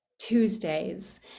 tuesdays